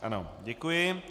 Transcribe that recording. Ano, děkuji.